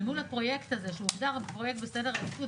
אל מול הפרויקט הזה שהוגדר כפרויקט בסדר עדיפות